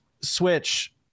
switch